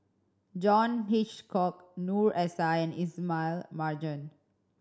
John Hitchcock Noor S I and Ismail Marjan